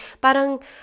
Parang